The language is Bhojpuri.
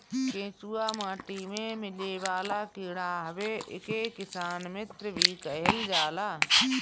केचुआ माटी में मिलेवाला कीड़ा हवे एके किसान मित्र भी कहल जाला